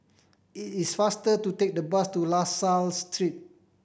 it is faster to take the bus to La Salle Street